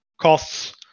costs